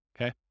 okay